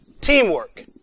teamwork